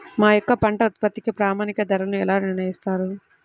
మా యొక్క పంట ఉత్పత్తికి ప్రామాణిక ధరలను ఎలా నిర్ణయిస్తారు?